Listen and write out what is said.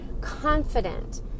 confident